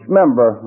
member